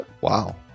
Wow